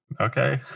Okay